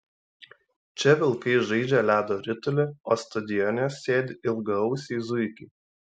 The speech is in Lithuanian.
čia vilkai žaidžia ledo ritulį o stadione sėdi ilgaausiai zuikiai